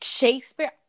Shakespeare